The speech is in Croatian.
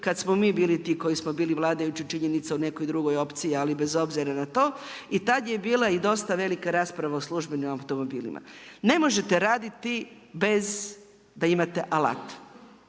kada smo mi bili ti koji smo bili vladajući, činjenica u nekoj drugoj opciji ali bez obzira na to i tada je bila i dosta velika rasprava o službenim automobilima. Ne možete raditi bez da imate alat.